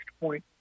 point